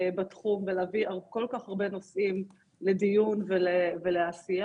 בתחום ולהביא כל כך הרבה נושאים לדיון ולעשייה.